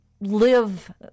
live